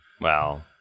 wow